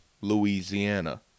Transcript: Louisiana